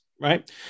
right